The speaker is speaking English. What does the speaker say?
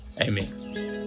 Amen